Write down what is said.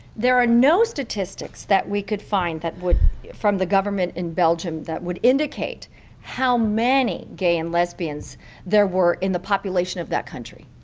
there are no statistics that we could find that would from the government in belgium that would indicate how many gay and lesbians there were in the population of that country.